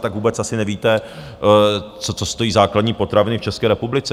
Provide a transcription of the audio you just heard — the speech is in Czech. Tak vůbec asi nevíte, co stojí základní potraviny v České republice.